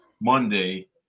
Monday